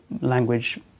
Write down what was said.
language